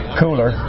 cooler